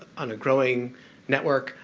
on a growing network.